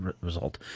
Result